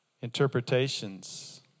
interpretations